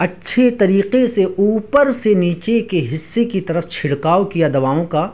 اچھے طریقے سے اوپر سے نیچے کے حصے کی طرف چھڑکاؤ کیا دواؤں کا